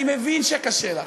אני מבין שקשה לך,